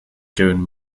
joan